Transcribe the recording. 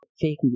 fake